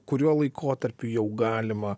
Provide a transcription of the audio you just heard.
kuriuo laikotarpiu jau galima